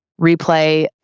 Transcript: replay